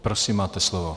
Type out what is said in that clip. Prosím, máte slovo.